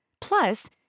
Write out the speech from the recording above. Plus